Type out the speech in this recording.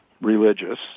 religious